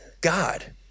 God